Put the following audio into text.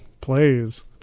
plays